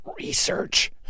research